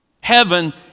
Heaven